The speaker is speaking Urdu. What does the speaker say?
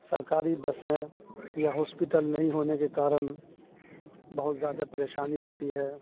سرکاری بسیں یا ہاسپیٹل نہیں ہونے کے کارن بہت زیادہ پریشانی ہوتی ہے